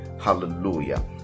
Hallelujah